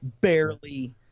Barely